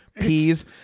peas